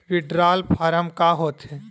Withdrawal form का होथे?